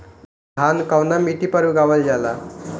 धान कवना मिट्टी पर उगावल जाला?